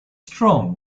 strong